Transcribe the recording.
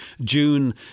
June